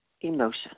emotion